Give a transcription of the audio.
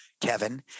Kevin